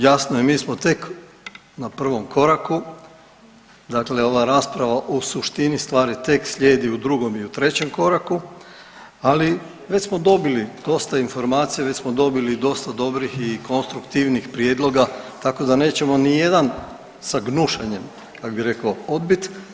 Jasno je mi smo tek na prvom koraku, dakle ova rasprava o suštini stvari tek slijedi u drugom i u trećem koraku, ali već smo dobili dosta informacija, već smo dobili dosta dobrih i konstruktivnih prijedloga tako da nećemo ni jedan sa gnušanjem kak bih rekao odbit.